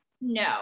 no